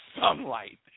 sunlight